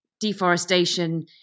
deforestation